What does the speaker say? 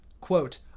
Quote